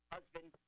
Husband